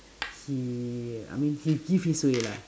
he I mean he give his way lah